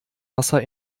wasser